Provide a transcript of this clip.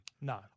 No